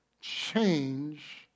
change